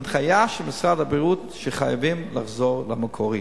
ההנחיה של משרד הבריאות היא שחייבים לחזור למקורי.